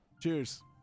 Cheers